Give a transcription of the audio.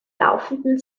laufenden